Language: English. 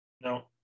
No